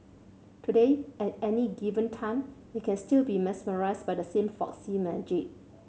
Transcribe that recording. today at any given time you can still be mesmerised by the same folksy magic